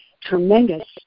tremendous